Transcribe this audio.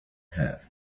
half